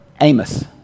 Amos